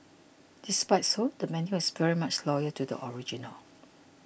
despite so the menu is very much loyal to the original